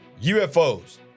UFOs